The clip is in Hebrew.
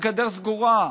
הגדר סגורה,